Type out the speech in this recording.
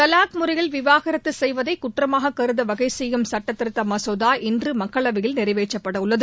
தவாக் முறையில் விவாகரத்து செய்வதை குற்றமாகக் கருத வகை செய்யும் சுட்டத்திருத்த மசோதா இன்று மக்களவையில் நிறைவேற்றப்படவுள்ளது